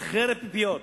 זה חרב פיפיות.